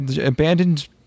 abandoned